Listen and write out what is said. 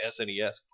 SNES